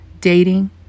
dating